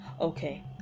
Okay